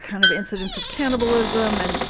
kind of incidents of cannibalism. and,